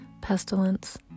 pestilence